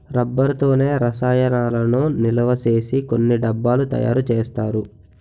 rubber తోనే రసాయనాలను నిలవసేసి కొన్ని డబ్బాలు తయారు చేస్తారు